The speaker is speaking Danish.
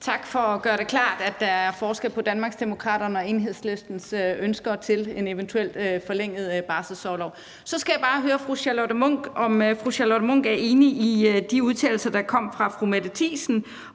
Tak for at gøre det klart, at der er forskel på Danmarksdemokraternes og Enhedslistens ønsker til en eventuel forlænget barselsorlov. Så skal jeg bare høre fru Charlotte Munch, om fru Charlotte Munch er enig i de udtalelser, der kom fra fru Mette Thiesen,